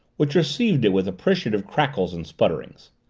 which received it with appreciative crackles and sputterings.